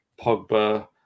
Pogba